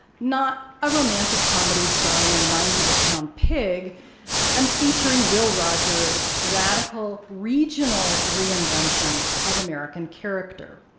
not a romantic comedy starring a nine hundred pound pig and featuring will rogers radical, regional reinvention of american character.